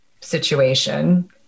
situation